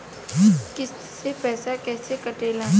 किस्त के पैसा कैसे कटेला?